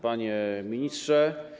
Panie Ministrze!